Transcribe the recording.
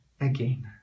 again